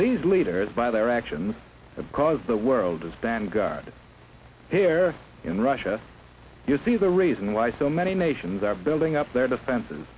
these leaders by their actions because the world does stand guard here in russia you see the reason why so many nations are building up their defenses